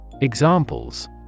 Examples